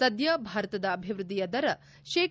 ಸದ್ಯ ಭಾರತದ ಅಭಿವೃದ್ಧಿಯ ದರ ಶೇ